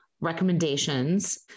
recommendations